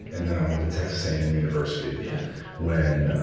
and then i went to texas a and m university yeah when